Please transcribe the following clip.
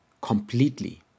completely